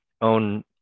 own